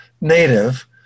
native